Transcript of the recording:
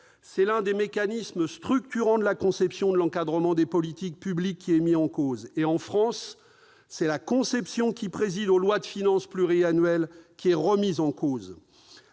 c'est l'un des mécanismes structurants de la conception de l'encadrement des politiques publiques qui est mis en cause. En France, c'est la conception qui préside aux lois de finances pluriannuelles qui est contestée.